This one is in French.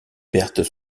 pertes